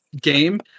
game